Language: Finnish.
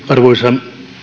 arvoisa